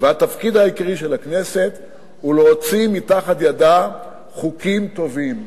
והתפקיד העיקרי של הכנסת הוא להוציא מתחת ידה חוקים טובים.